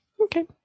Okay